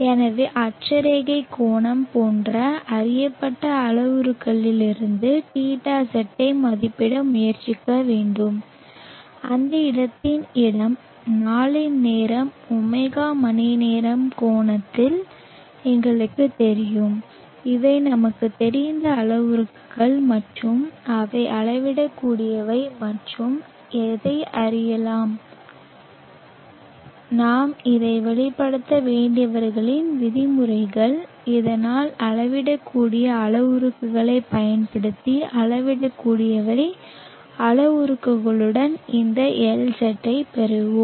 எனவே அட்சரேகை கோணம் போன்ற அறியப்பட்ட அளவுருக்களிலிருந்து θz ஐ மதிப்பிட முயற்சிக்க வேண்டும் அந்த இடத்தின் இடம் நாளின் நேரம் ω மணிநேர கோணம் எங்களுக்குத் தெரியும் இவை நமக்குத் தெரிந்த அளவுருக்கள் மற்றும் அவை அளவிடக்கூடியவை மற்றும் எதை அறியலாம் நாம் இதை வெளிப்படுத்த வேண்டியவர்களின் விதிமுறைகள் இதனால் அளவிடக்கூடிய அளவுருக்களைப் பயன்படுத்தி அளவிடக்கூடிய அளவுருக்களுடன் இந்த LZ ஐப் பெறுகிறோம்